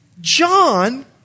John